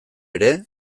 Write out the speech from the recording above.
ere